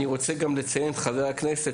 אני רוצה גם לציין את חבר הכנסת,